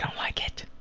like it.